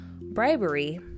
bribery